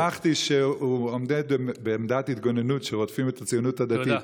שמחתי שהוא עומד בעמדת התגוננות שרודפים את הציונות הדתית.